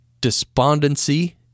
Despondency